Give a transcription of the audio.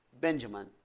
Benjamin